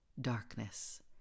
darkness